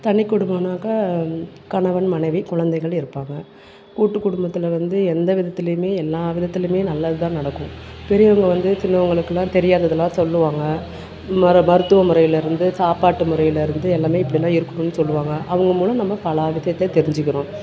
தனிக் குடும்பனாக்கால் கணவன் மனைவி குழந்தைகள் இருப்பாங்க கூட்டுக் குடும்பத்தில் வந்து எந்த விதத்திலையுமே எல்லா விதத்திலையுமே நல்லது தான் நடக்கும் பெரியவங்க வந்து சின்னவர்களுக்கெல்லாம் தெரியாததெல்லாம் சொல்லுவாங்க மரு மருத்துவ முறையிலேருந்து சாப்பாட்டு முறையிலேருந்து எல்லாமே இப்படி தான் இருக்கணும்னு சொல்லுவாங்க அவங்க மூலம் நம்ம பல விஷயத்தை தெரிஞ்சுக்குறோம்